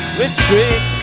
retreat